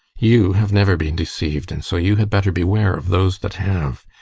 you have never been deceived, and so you had better beware of those that have.